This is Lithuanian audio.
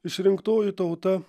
išrinktoji tauta